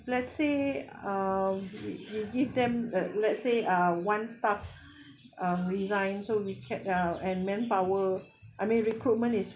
let's say um you give them a let's say uh one staff uh resigned so we kept uh and manpower I mean recruitment is